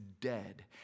dead